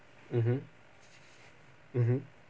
mmhmm mmhmm